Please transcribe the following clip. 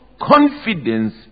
confidence